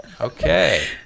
okay